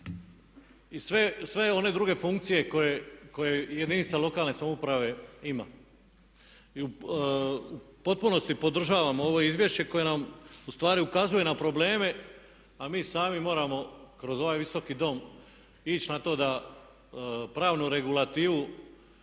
i sve one druge funkcije koje jedinica lokalne samouprave ima. I u potpunosti podržavam ovo izvješće koje nam u stvari ukazuje na probleme, a mi sami moramo kroz ovaj Visoki dom ići na to da pravnu regulativu